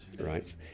Right